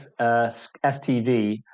STV